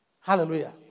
Hallelujah